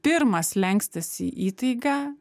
pirmas slenkstis į įtaigą